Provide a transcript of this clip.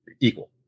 equal